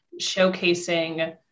showcasing